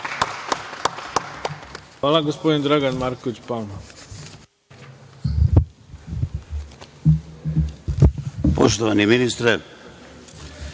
ima gospodin Dragan Marković Palma.